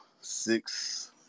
six